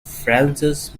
francis